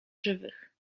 żywych